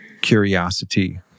curiosity